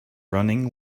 running